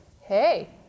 hey